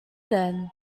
then